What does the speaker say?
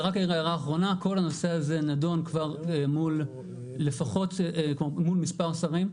רק הערה אחרונה: כל הנושא הזה נדון כבר מול מספר שרים,